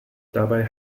dabei